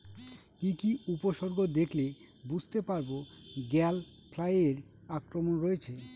কি কি উপসর্গ দেখলে বুঝতে পারব গ্যাল ফ্লাইয়ের আক্রমণ হয়েছে?